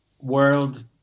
world